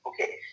Okay